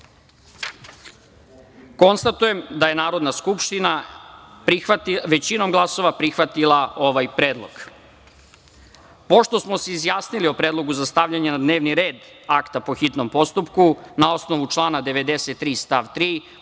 poslanika. Konstatujem da je Narodna skupština većinom glasova prihvatila ovaj predlog. Pošto smo se izjasnili o predlogu za stavljanje na dnevni red akta po hitnom postupku, na osnovu člana 93. stav 3.